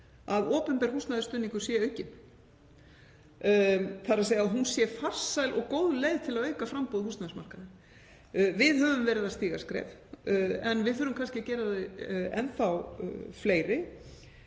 að opinber húsnæðisstuðningur sé aukinn, þ.e. að það sé farsæl og góð leið til að auka framboð á húsnæðismarkaði. Við höfum verið að stíga skref en við þurfum kannski að gera þau enn þá fleiri